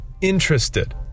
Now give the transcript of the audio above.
interested